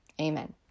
Amen